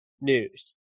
news